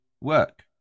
work